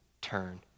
turn